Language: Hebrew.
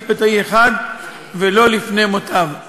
משפטאי אחד ולא לפני מותב.